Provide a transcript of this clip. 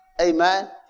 Amen